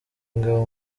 ingabo